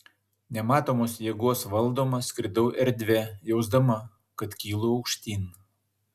nematomos jėgos valdoma skridau erdve jausdama kad kylu aukštyn